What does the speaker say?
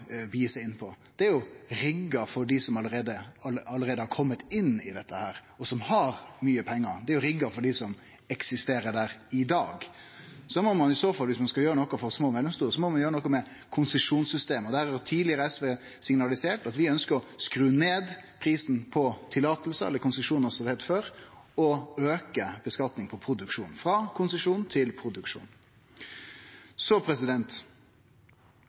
seg inn på. Det er rigga for dei som allereie har kome inn i dette og har mykje pengar, det er rigga for dei som eksisterer der i dag. Viss ein skal gjere noko for små og mellomstore, må ein gjere noko med systemet for konsesjonar. Der har SV tidlegare signalisert at vi ønskjer å skru ned prisen på løyve, eller konsesjonar som det heitte før, og auke skattlegginga på produksjon frå konsesjon til